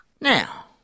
Now